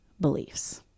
beliefs